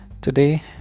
Today